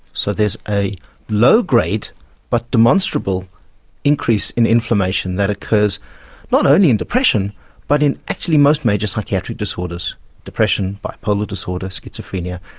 so there is a low-grade but demonstrable increase in the inflammation that occurs not only in depression but in actually most major psychiatric disorders depression, bipolar disorder, schizophrenia.